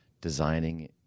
designing